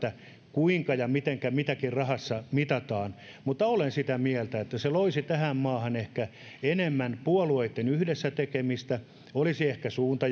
kuinka mitäkin rahassa mitataan mutta olen sitä mieltä että se loisi tähän maahan ehkä enemmän puolueitten yhdessä tekemistä olisi ehkä suunta